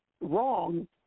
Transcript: wrong